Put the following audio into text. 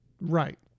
Right